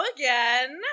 Again